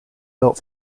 built